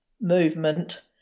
movement